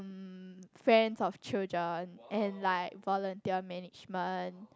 um friends of children and like volunteer management